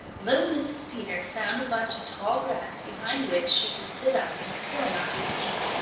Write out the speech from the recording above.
little mrs. peter found a bunch of tall grass behind which she could sit up and still not be seen.